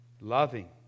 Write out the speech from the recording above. loving